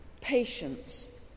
patience